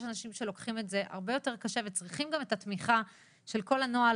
יש אנשים שלוקחים את זה הרבה יותר קשה וצריכים גם את התמיכה של כל הנוהל